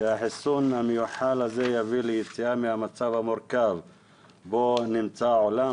שהחיסון המיוחל הזה יביא ליציאה מהמצב המורכב שבו נמצא העולם.